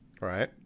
Right